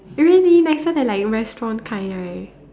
eh really nicer than like in restaurant kind right